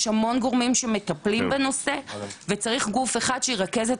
יש המון גורמים שמטפלים בנושא וצריך גוף אחד שירכז את